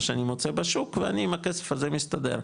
שאני מוצא בשוק ואני עם הכסף הזה מסתדר,